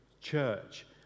church